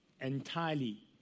entirely